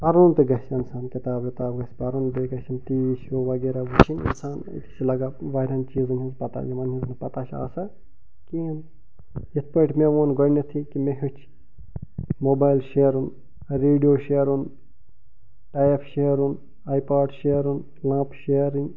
پرُن تہِ گژھِ انسان کِتاب وِتاب گژھِ پرُن بیٚیہِ گژھِ یہِ ٹی وی شو وغیرہ وٕچھِنۍ اِنسان أتی چھِ لگان ورِیاہن چیٖزن ہنٛز پتاہ یِمن ہنٛز ںہٕ پتاہ چھِ آسان کہیٖنۍ یتھ پٲٹھی مےٚ ووٚن گۄڈٕنیتھٕے کہِ مےٚ ہیٚوچھ موبایل شیرُن ریڈیو شیرُن پایپ شیرٕنۍ آی پاٹ شیرُن لنپ شیرٕنۍ